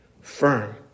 firm